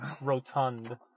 Rotund